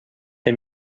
the